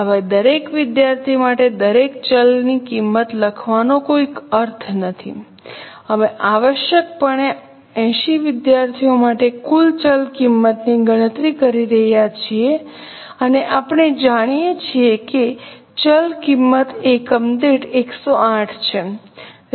હવે દરેક વિદ્યાર્થી માટે દરેક ચલ કિંમત લખવાનો કોઈ અર્થ નથી અમે આવશ્યકપણે 80 વિદ્યાર્થીઓ માટે કુલ ચલ કિંમતની ગણતરી કરી રહ્યા છીએ અને આપણે જાણીએ છીએ કે ચલ કિંમત એકમ દીઠ 108 છે